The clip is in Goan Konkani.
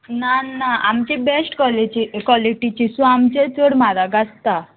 ना ना आमची बेश्ट कॉलेची कॉलिटीची सो आमचे चड म्हारग आसता